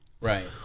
Right